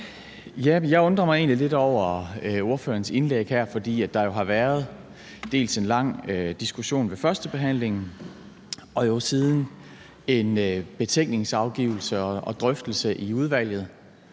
egentlig lidt over ordførerens indlæg her. For der har jo været både en lang diskussion ved førstebehandlingen og siden en betænkningsafgivelse og drøftelse i udvalget,